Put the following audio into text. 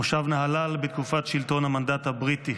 מושב נהלל, בתקופת שלטון המנדט הבריטי.